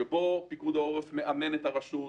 שבו פיקוד העורף מאמן את הרשות,